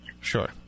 Sure